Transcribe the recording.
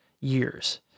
years